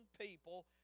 people